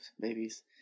babies